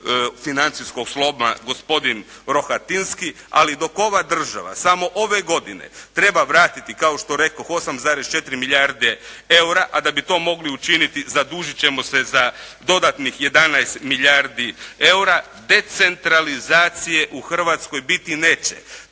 financijskog sloma gospodin Rohatinski, ali dok ova država samo ove godine treba vratiti kao što rekoh 8,4 milijarde EUR-a a da bi to mogli učiniti zadužit ćemo se za dodatnih 11 milijardi EUR-a decentralizacije u Hrvatskoj biti neće.